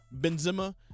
Benzema